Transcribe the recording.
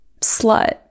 slut